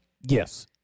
Yes